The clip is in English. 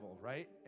right